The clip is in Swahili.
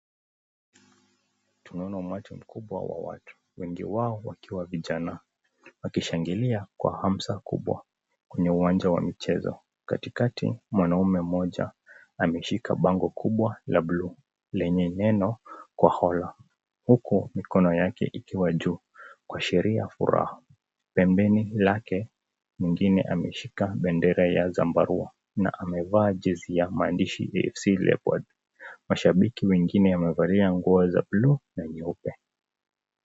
Tunaona umati mkuwabwa wa watu wengi wao wakiwa vijana, wakishangilia kwa hamsa kubwa kwenye uwanja wa mchezo, katikati mwanaume mmoja ameshika bango kubwa la buluu lenye neno Khwahola , huku mikono yake ikiwa juu kuashiria furaha, pembeni lake mwingine ameshika bendeza ya zambarua na jezi limeandikwa KFC Leopards , mashabiki wengine wamevalia nguo ya buluu na nyeupe.